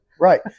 Right